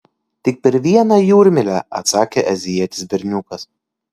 tik per vieną jūrmylę atsakė azijietis berniukas